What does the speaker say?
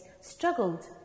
struggled